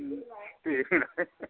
दे